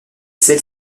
celle